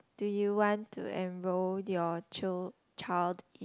do you want to enroll your child~ child